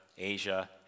Asia